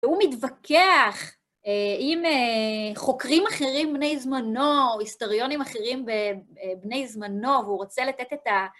והוא מתווכח עם חוקרים אחרים בני זמנו או היסטוריונים אחרים בני זמנו והוא רוצה לתת את ה...